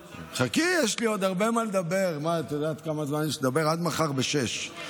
חכי, יש לי עוד הרבה מה לדבר, עד מחר ב-06:00.